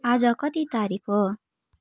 आज कति तारिक हो